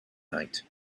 night